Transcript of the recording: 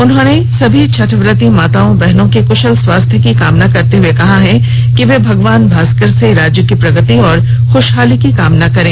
उन्होंने सभी छठवती माताओं बहनों के कुशल स्वास्थ्य की कामना करते हुए कहा है कि वे भगवान भास्कर से राज्य की प्रगति एवं खूशहाली की प्रार्थना करें